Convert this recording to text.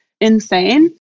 insane